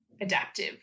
adaptive